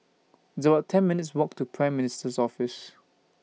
It's about ten minutes' Walk to Prime Minister's Office